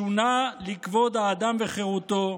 שונה ל"כבוד האדם וחירותו".